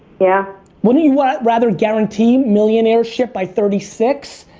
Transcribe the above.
yeah. wouldn't you rather guarantee millionaire shit by thirty six,